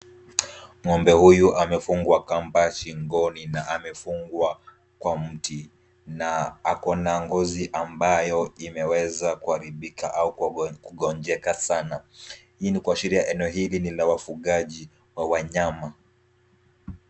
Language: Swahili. Ng'ombe huyu amefungwa kamba shingoni na amefungwa kwa mti na akona ngozi ambayo imeweza kugaribika au kungonjeka Sana. Hii ni kuashiria eneo hili ni la wafugaji wa wanyama.